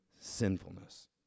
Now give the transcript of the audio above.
sinfulness